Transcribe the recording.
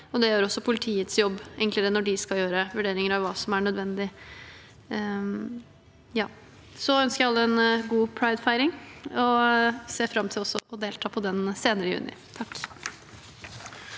Det gjør også politiets jobb enklere når de skal gjøre vurderinger av hva som er nødvendig. Jeg ønsker alle en god pridefeiring og ser fram til å få delta på den senere i juni.